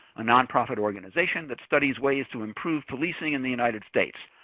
a non-profit organization that studies ways to improve policing in the united states.